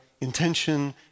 intention